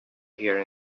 here